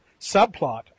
subplot